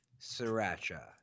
sriracha